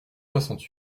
soixante